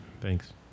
Thanks